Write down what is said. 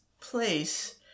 place